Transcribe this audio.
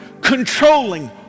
controlling